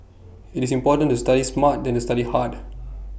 IT is important to study smart than to study hard